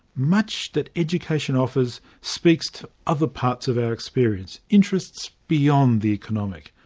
much that education offers speaks to other parts of our experience, interests beyond the economic.